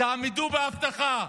תעמדו בהבטחה.